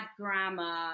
grammar